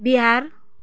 Bihar